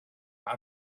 how